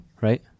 right